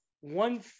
One